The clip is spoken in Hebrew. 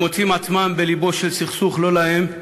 הם מוצאים את עצמם בלבו של סכסוך לא להם,